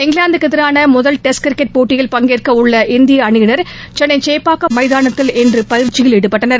இங்கிலாந்துக்கு எதிரான முதல் டெஸ்ட் கிரிக்கெட் போட்டியில் பங்கேற்கவுள்ள இந்திய அணியினர் சென்னை சேப்பாக்கம் மைதானத்தில் இன்று பயிற்சியில் ஈடுபட்டனர்